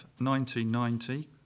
1990